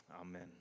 amen